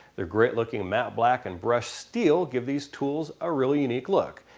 they're great looking matte black and brushed steel give these tools a really unique look.